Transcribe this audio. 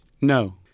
No